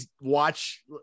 watch